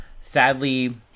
Sadly